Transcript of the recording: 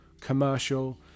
commercial